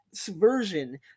version